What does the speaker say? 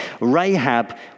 Rahab